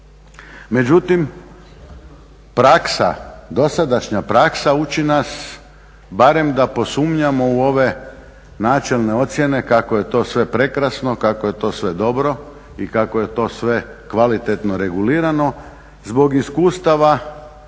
Međutim, praksa dosadašnja praksa uči nas barem da posumnjamo u ove načelne ocjene kako je to sve prekrasno, kako je to sve dobro i kako je to sve kvalitetno regulirano zbog iskustava